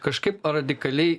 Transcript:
kažkaip radikaliai